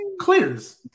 Clears